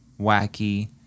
wacky